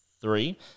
three